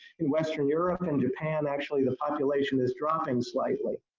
in western europe and japan actually the population is dropping slightly.